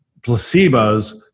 placebos